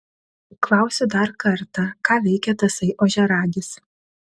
klausiu dar kartą ką veikia tasai ožiaragis